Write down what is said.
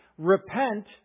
Repent